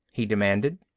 he demanded.